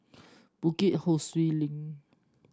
Bukit Ho Swee Link